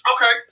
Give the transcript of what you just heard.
Okay